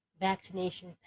vaccination